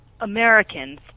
Americans